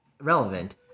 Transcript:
relevant